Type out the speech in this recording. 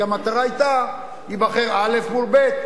כי המטרה היתה שייבחר א' מול ב',